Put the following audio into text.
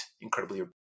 incredibly